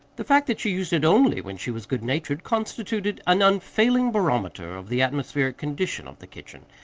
the fact that she used it only when she was good-natured constituted an unfailing barometer of the atmospheric condition of the kitchen,